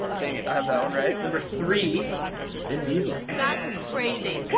dang it. i have that one right. number three is vin diesel. that's crazy.